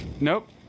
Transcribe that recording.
Nope